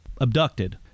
abducted